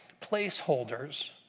placeholders